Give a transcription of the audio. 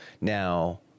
Now